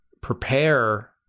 prepare